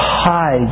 hi